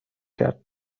کرد